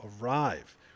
arrive